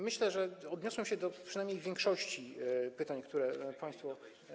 Myślę, że odniosłem się do przynajmniej większości pytań, które państwo.